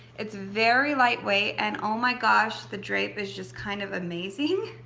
it's very lightweight and oh my gosh the drape is just kind of amazing.